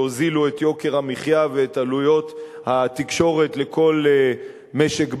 שהורידו את יוקר המחיה ואת עלויות התקשורת לכל משק-בית,